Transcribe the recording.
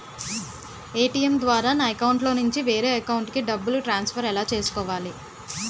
ATM ద్వారా నా అకౌంట్లోనుంచి వేరే అకౌంట్ కి డబ్బులు ట్రాన్సఫర్ ఎలా చేసుకోవాలి?